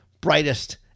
brightest